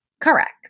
Correct